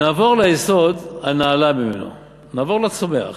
נעבור ליסוד הנעלה ממנו, נעבור לצומח